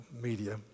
media